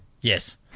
Yes